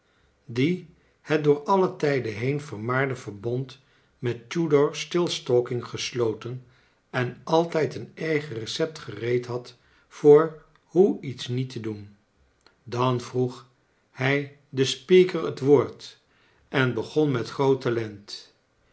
die het door alle tijden heen vermaarde verbond met tudor stiltstalking gesloten en altijd een eigen recept gereed bad voor hoe iets niet te doen dan vroeg bij den speaker het woord en begon met groot talent